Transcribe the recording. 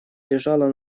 лежала